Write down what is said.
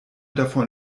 davor